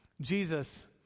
Jesus